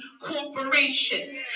Corporation